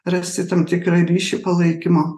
rasti tam tikrą ryšį palaikymo